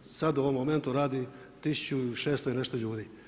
sad u ovom momentu radi 1600 i nešto ljudi.